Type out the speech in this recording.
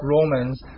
Romans